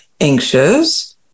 anxious